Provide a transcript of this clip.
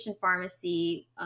pharmacy